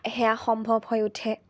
সেয়া সম্ভৱ হৈ উঠে